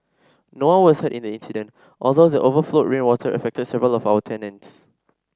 no one was hurt in the incident although the overflowed rainwater affected several of our tenants